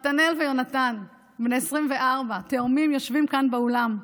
מתנאל ויונתן, בני 24, תאומים, יושבים כאן באולם.